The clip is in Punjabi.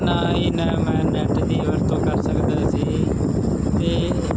ਨਾ ਹੀ ਨ ਮੈਂ ਨੈਟ ਦੀ ਵਰਤੋਂ ਕਰ ਸਕਦਾ ਸੀ ਅਤੇ